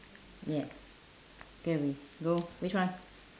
yes can go which one